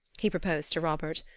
he proposed to robert.